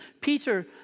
Peter